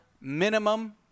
minimum